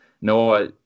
Noah